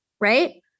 right